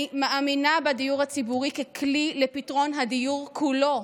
אני מאמינה בדיור הציבורי ככלי לפתרון הדיור כולו.